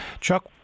Chuck